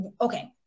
okay